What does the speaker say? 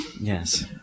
Yes